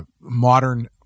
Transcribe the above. Modern